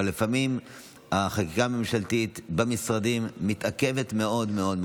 אבל לפעמים החקיקה הממשלתית במשרדים מתעכבת מאוד מאוד.